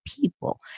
people